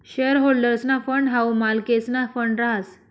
share होल्डर्सना fund हाऊ मालकेसना फंड रहास